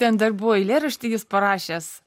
ten dar buvo eilėraštį jis parašęs